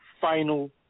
final